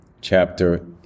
chapter